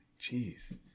Jeez